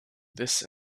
this